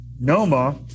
NOMA